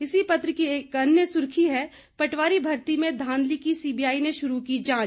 इसी पत्र की एक अन्य सुर्खी है पटवारी भर्ती में धांधली की सीबीआई ने शुरू की जांच